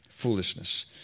foolishness